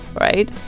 right